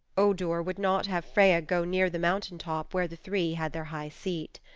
odur would not have freya go near the mountaintop where the three had their high seat.